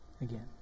again